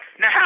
Now